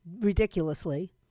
ridiculously